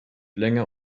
länger